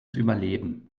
überleben